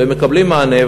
ומקבלים מענה.